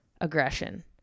aggression